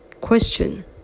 Question